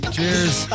Cheers